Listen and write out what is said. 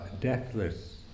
deathless